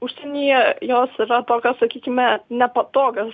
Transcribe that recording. užsienyje jos yra tokios sakykime nepatogios